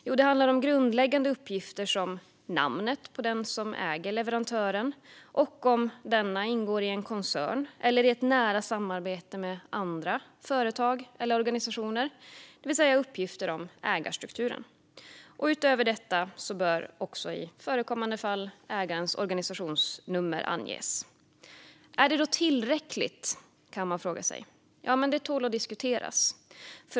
Jo, det handlar om grundläggande uppgifter som namnet på den som äger leverantören och om denne ingår i en koncern eller i ett nära samarbete med andra företag eller organisationer, det vill säga uppgifter om ägarstrukturen. Utöver detta bör även, i förekommande fall, ägarens organisationsnummer anges. Är det tillräckligt? Det tål att diskuteras.